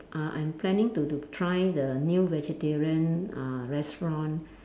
uh I'm planning to to try the new vegetarian uh restaurant